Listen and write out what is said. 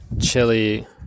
Chili